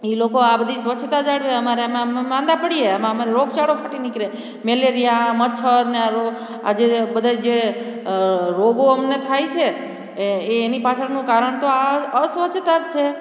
ઈ લોકો આ બધી સ્વચ્છતા જાળવે અમારે આમાં માંદા પડીએ આમાં અમારે રોગચાળો ફાટી નિકળે મેલેરિયા મચ્છરને આ રો આજે બધાય જે રોગો અમને થાય છે એ એની પાછળનો કારણ તો અસ્વચ્છતા જ છે